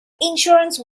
insurance